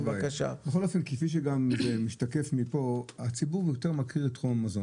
הוא פעל לפי הכלל שעל תיאום מחירים נותנים רק חודשים,